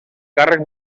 càrrec